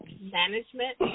management